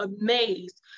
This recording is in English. amazed